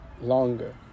Longer